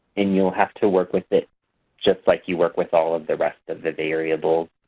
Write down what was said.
and you'll have to work with it just like you work with all of the rest of the variables.